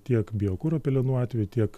tiek biokuro pelenų atveju tiek